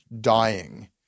dying